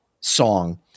song